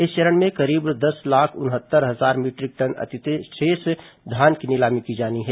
इस चरण में करीब दस लाख उनहत्तर हजार मीटरिक टन अतिशेष धान की नीलामी की जानी है